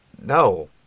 no